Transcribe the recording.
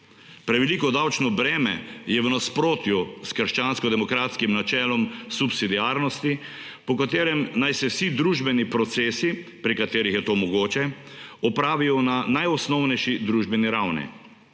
Preveliko davčno breme je v nasprotju s krščanskodemokratskim načelom subsidiarnosti, po katerem naj se vsi družbeni procesi, pri katerih je to mogoče, opravijo na najosnovnejši družbeni ravni.